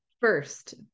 first